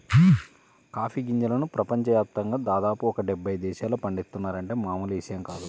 coffee గింజలను ప్రపంచ యాప్తంగా దాదాపు ఒక డెబ్బై దేశాల్లో పండిత్తున్నారంటే మామూలు విషయం కాదు